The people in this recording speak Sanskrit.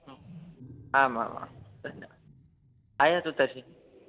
आमामां धन्यवादः आयातु तर्हि